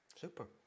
Super